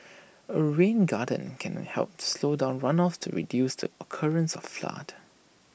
A rain garden can help slow down runoffs to reduce the occurrence of floods